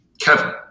Kevin